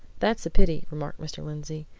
that's a pity, remarked mr. lindsey.